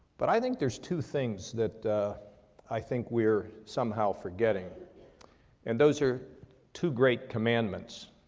but i think there's two things that i think we are somehow forgetting and those are two great commandments.